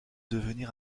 devenir